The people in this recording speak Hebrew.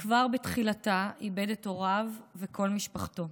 וכבר בתחילתה איבד את הוריו וכל משפחתו.